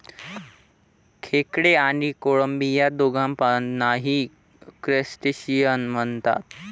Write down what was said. खेकडे आणि कोळंबी या दोघांनाही क्रस्टेशियन म्हणतात